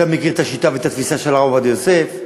אתה מכיר את השיטה ואת התפיסה של הרב עובדיה יוסף,